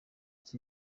iki